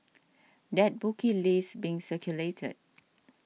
that bookie list being circulated